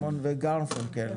סיימון וגרפונקל.